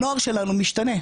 הנוער שלנו משתנה.